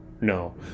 no